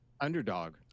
Underdog